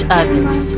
others